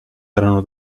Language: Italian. erano